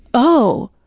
oh,